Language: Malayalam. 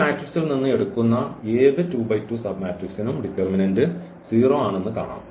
ഈ മാട്രിക്സിൽ നിന്ന് എടുക്കുന്ന ഏത് 2 × 2 സബ്മാട്രിക്സ്നും ഡിറ്റർമിനന്റ് 0 ആണ് എന്ന് കാണാം